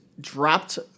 Dropped